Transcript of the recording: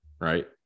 right